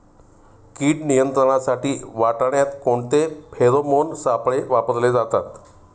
कीड नियंत्रणासाठी वाटाण्यात कोणते फेरोमोन सापळे वापरले जातात?